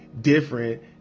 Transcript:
different